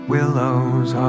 Willows